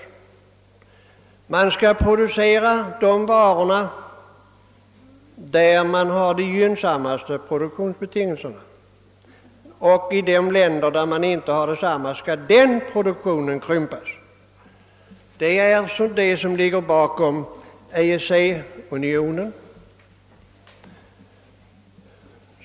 Varorna skall produceras där de gynnsammaste betingelserna härför föreligger, och i de länder där dessa inte finns skall produktionen i fråga krympas. Det är också detta som ligger bakom skapandet av EEC.